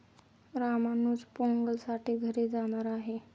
रामानुज पोंगलसाठी घरी जाणार आहे